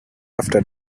after